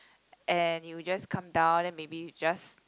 and you just come down then maybe you just